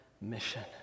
mission